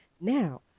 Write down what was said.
Now